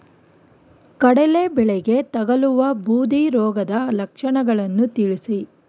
ಕಡಲೆ ಬೆಳೆಗೆ ತಗಲುವ ಬೂದಿ ರೋಗದ ಲಕ್ಷಣಗಳನ್ನು ತಿಳಿಸಿ?